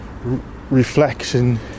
reflection